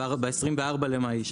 ב-24.5,